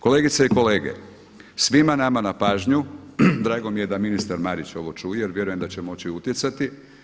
Kolegice i kolege, svima nama na pažnju, drago mi je da ministar Marić ovo čuje, jer vjerujem da će moći utjecati.